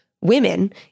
women